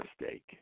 mistake